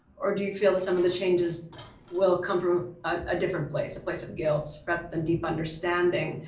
or do you feel that some of the changes will come from a different place, a place of guilt from the deep understanding?